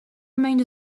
remained